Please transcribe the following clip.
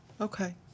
Okay